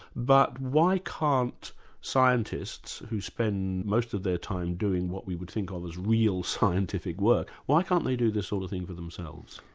but why can't scientists who spend most of their time doing what we would think of as real scientific work, why can't they do this sort of thing for themselves?